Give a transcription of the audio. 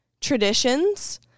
traditions